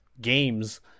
games